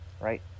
Right